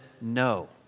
no